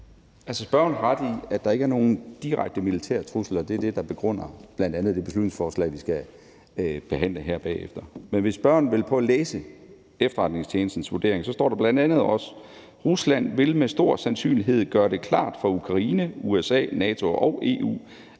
Spørgeren har ret i, at der ikke er nogen direkte militær trussel, og det er det, der begrunder bl.a. det beslutningsforslag, vi skal behandle her bagefter. Men hvis spørgeren vil prøve at læse efterretningstjenestens vurdering, står der bl.a. også: Rusland vil med stor sandsynlighed gøre det klart for Ukraine, USA, NATO og EU,